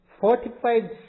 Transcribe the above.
fortified